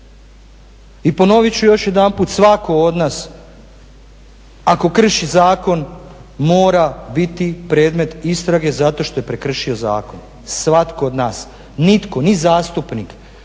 I ponovit ću još jedanput svatko od nas ako krši zakon mora biti predmet istrage zato što je prekršio zakon, svatko od nas. Nitko ni zastupnik